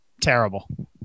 terrible